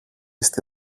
στη